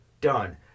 done